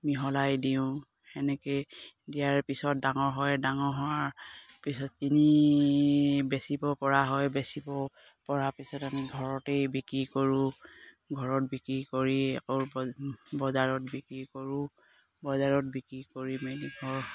মিহলাই দিওঁ সেনেকে দিয়াৰ পিছত ডাঙৰ হয় ডাঙৰ হোৱাৰ পিছত বেচিব পৰা হয় বেচিব পৰা পিছত আমি ঘৰতেই বিক্ৰী কৰোঁ ঘৰত বিক্ৰী কৰি আকৌ বজাৰত বিক্ৰী কৰোঁ বজাৰত বিক্ৰী কৰি